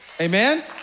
Amen